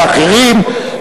ואחרים,